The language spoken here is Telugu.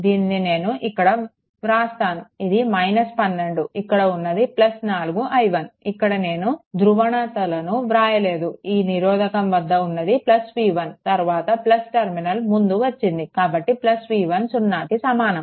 దీనిని నేను ఇక్కడ వ్రాస్తాను ఇది 12 ఇక్కడ ఉన్నది 4i1 ఇక్కడ నేను ధ్రువణతలను వ్రాయలేదు ఈ నిరోధకం వద్ద ఉన్నది 4i1 తర్వాత టర్మినల్ ముందు వచ్చింది కాబట్టి v1 సున్నాకి సమానం